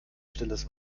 stilles